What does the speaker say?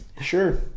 Sure